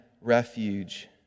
refuge